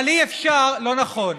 אבל אי-אפשר, לא נכון.